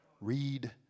Read